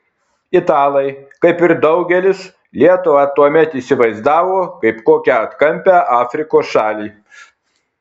italai kaip ir daugelis lietuvą tuomet įsivaizdavo kaip kokią atkampią afrikos šalį